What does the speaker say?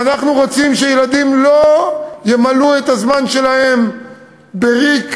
אנחנו רוצים שילדים לא ימלאו את הזמן שלהם בריק,